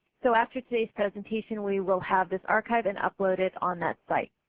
so after todayis presentation we will have this archived and uploaded on that site.